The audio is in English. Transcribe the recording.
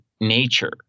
nature